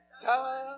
Ta